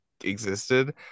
existed